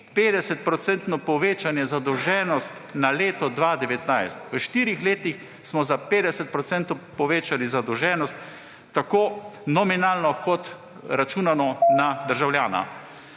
povečanje zadolženosti na leto 2019, v štirih letih smo za 50 % povečali zadolženost, tako nominalno kot računano na državljana.